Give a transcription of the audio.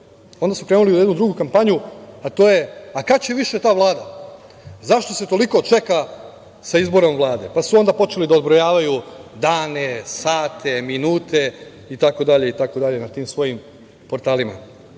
rukom, krenuli u jednu drugu kampanju, a to je – kad će više ta Vlada, zašto se toliko čeka sa izborom Vlade, pa su počeli da odbrojavaju dane, sate, minute, itd. na tim svojim portalima.